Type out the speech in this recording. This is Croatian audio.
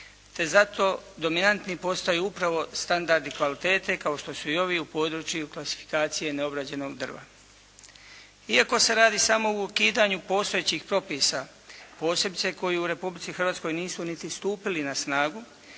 te zato dominantni postaju upravo standardi kvalitete kao što su i ovi u području klasifikacije neobrađenog drva. Iako se radi samo o ukidanju postojećih propisa posebice koji u Republici Hrvatskoj nisu niti stupili na snagu